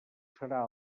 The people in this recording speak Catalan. serà